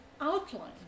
outline